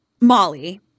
Molly